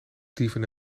dieven